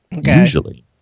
Usually